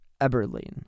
Eberlein